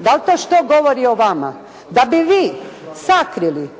Dal' to što govori o vama? Da bi vi sakrili